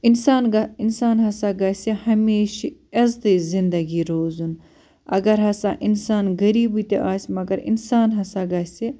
اِنسان گا اِنسان ہسا گَژھِ ہمیشہٕ عزتٕچ زِنٛدگی روزُن اَگر ہسا اِنسان غریٖبٕے تہِ آسہِ مگر اِنسان ہسا گَژھِ